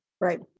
right